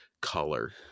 color